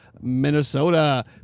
Minnesota